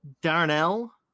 darnell